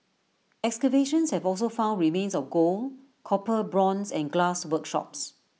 excavations have also found remains of gold copper bronze and glass workshops